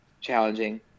challenging